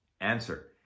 answer